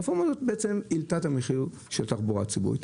הרפורמה הזאת בעצם העלתה את המחיר של תחבורה ציבורית,